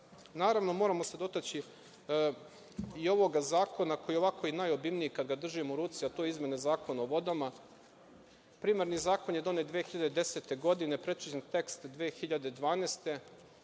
naravno, moramo se dotaći i ovog zakona koji je i ovako najobimniji, kad ga držim u ruci, a to je izmena Zakona o vodama. Primarni zakon je donet 2010. godine, prečišćen tekst 2012.